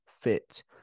fit